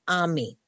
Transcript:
army